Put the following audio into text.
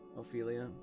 Ophelia